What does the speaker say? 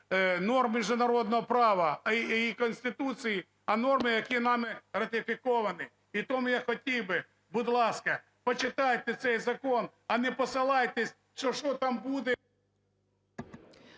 норм міжнародного права і Конституції, а норми, які нами ратифіковані. І тому я хотів би, будь ласка, почитайте цей закон, а не посилайтесь, що що там буде…